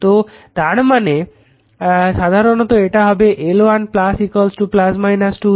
তো তার মানে সাধারণত এটা হবে L1 2 M